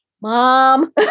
mom